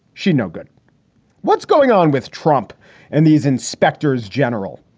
she no-good what's going on with trump and these inspectors general?